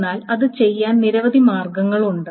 എന്നാൽ അത് ചെയ്യാൻ നിരവധി മാർഗങ്ങളുണ്ട്